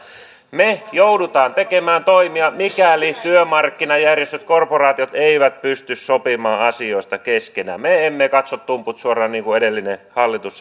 me joudumme tekemään toimia mikäli työmarkkinajärjestöt korporaatiot eivät pysty sopimaan asioista keskenään me emme katso tumput suorina niin kuin edellinen hallitus